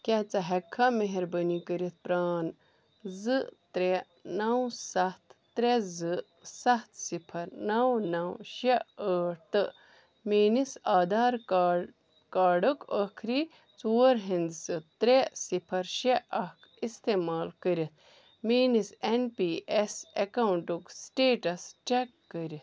کیٛاہ ژٕ ہٮ۪ککھا مہربٲنی کٔرِتھ پرٛان زٕ ترٛےٚ نَو ستھ ترٛےٚ زٕ ستھ صِفر نَو نَو شےٚ ٲٹھ تہٕ میٛٲنِس آدھار کارڈ کارڈُک ٲخری ژور ہِنٛدسہٕ ترٛےٚ صِفر شےٚ اکھ اِستعمال کٔرِتھ میٛٲنِس اٮ۪ن پی اٮ۪س اٮ۪کاوُنٛٹُک سٕٹیٹَس چَک کٔرِتھ